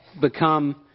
become